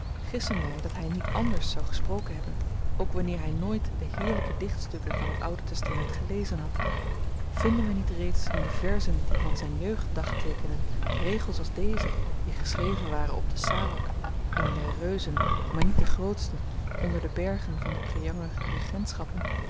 gissen wy dat hy niet ànders zou gesproken hebben ook wanneer hy nooit de heerlyke dichtstukken van het oude testament gelezen had vinden we niet reeds in de verzen die van zyn jeugd dagteekenen regels als deze die geschreven waren op den salak een der reuzen maar niet de grootste onder de bergen van de preanger